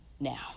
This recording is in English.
Now